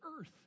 earth